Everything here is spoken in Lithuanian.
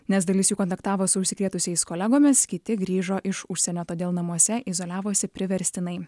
nes dalis jų kontaktavo su užsikrėtusiais kolegomis kiti grįžo iš užsienio todėl namuose izoliavosi priverstinai